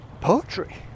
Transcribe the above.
poetry